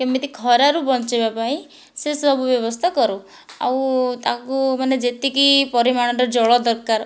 କେମିତି ଖରାରୁ ବଞ୍ଚାଇବା ପାଇଁ ସେସବୁ ବ୍ୟବସ୍ଥା କରୁ ଆଉ ତାକୁ ମାନେ ଯେତିକି ପରିମାଣର ଜଳ ଦରକାର